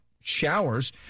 showers